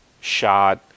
shot